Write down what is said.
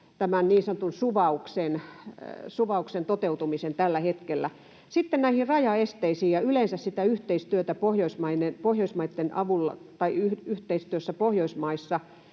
tämän niin sanotun suvauksen toteutumisen tällä hetkellä? Sitten näihin rajaesteisiin ja yleensä siihen yhteistyöhön Pohjoismaissa.